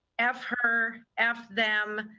f her, f them,